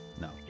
No